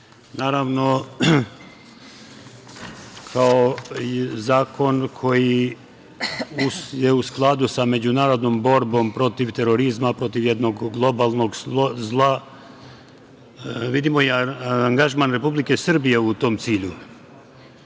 kao i zakon koji je u skladu sa međunarodnom borbom protiv terorizma, protiv jednog globalnog zla, vidimo i angažman Republike Srbije u tom cilju.